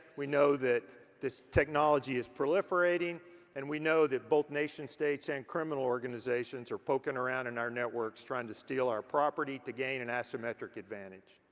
we know that this technology is proliferating and we know that both nation-states and criminal organizations are poking around in our networks trying to steal our property to gain an asymmetric advantage.